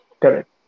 Correct